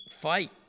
fight